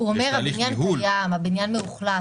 יש תהליכי ניהול --- הוא אומר הבניין מאוכלס,